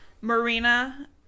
marina